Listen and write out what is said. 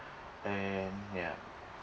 and ya